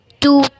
Two